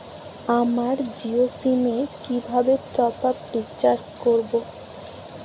আমার জিও সিম এ কিভাবে টপ আপ রিচার্জ করবো?